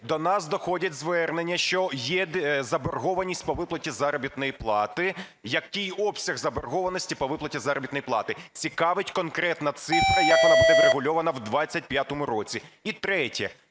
До нас доходять звернення, що є заборгованість по виплаті заробітної плати. Який обсяг заборгованості по виплаті заробітної плати? Цікавить конкретна цифра, як вона буде врегульована в 2025 році. І третє.